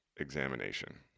examination